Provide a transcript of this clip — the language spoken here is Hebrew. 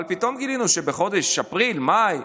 אבל פתאום גילינו שבחודשים אפריל, מאי,